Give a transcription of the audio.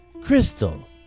Crystal